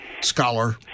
scholar